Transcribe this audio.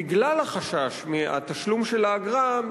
בגלל החשש מהתשלום של האגרה,